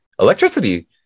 electricity